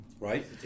right